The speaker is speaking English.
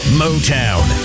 motown